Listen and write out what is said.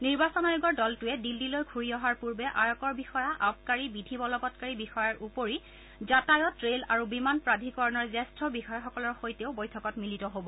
নিৰ্বাচন আয়োগৰ দলটোৱে দিল্লীলৈ ঘূৰি অহাৰ পূৰ্বে আয়কৰ বিষয়া আবকাৰী বিধি বলৱৎকাৰী বিষয়াৰ উপৰিও যাতায়াত ৰে'ল আৰু বিমান প্ৰাধিকৰণৰ জ্যেষ্ঠ বিষয়াসকলৰ সৈতেও বৈঠকত মিলিত হ'ব